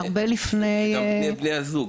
זה גם בין בני הזוג.